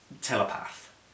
Telepath